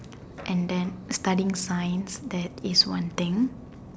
and then studying science that is one thing